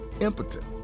impotent